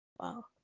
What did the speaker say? wow